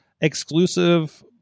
exclusive